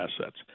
assets